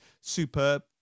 superb